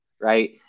right